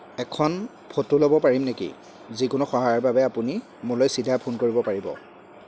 এখন ফটো ল'ব পাৰিম নেকি যিকোনো সহায়ৰ বাবে আপুনি মোলৈ চিধাই ফোন কৰিব পাৰিব